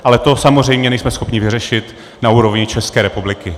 Ale to samozřejmě nejsme schopni vyřešit na úrovni České republiky.